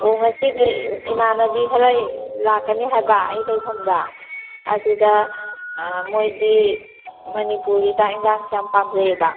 ꯑꯣ ꯉꯁꯤꯁꯦ ꯏꯃꯥꯅꯕꯤ ꯈꯔ ꯂꯥꯛꯀꯅꯦ ꯍꯥꯏꯕ ꯑꯩ ꯂꯩꯐꯝꯗ ꯑꯗꯨꯗ ꯃꯣꯏꯗꯤ ꯃꯅꯤꯄꯨꯔꯒꯤ ꯆꯥꯛ ꯑꯦꯟꯁꯦꯡꯁꯦ ꯌꯥꯝ ꯄꯥꯝꯖꯩꯑꯕ